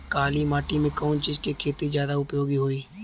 काली माटी में कवन चीज़ के खेती ज्यादा उपयोगी होयी?